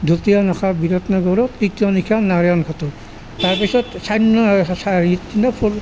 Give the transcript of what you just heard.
দ্বিতীয় নিশা বিৰাট নগৰত তৃতীয় নিশা নাৰায়ণ ঘাটত তাৰপিছত হেৰি দিনাও ফ'ৰ